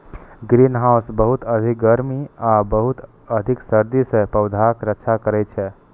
greenhouse बहुत अधिक गर्मी आ बहुत अधिक सर्दी सं पौधाक रक्षा करै छै